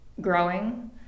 growing